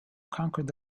conquered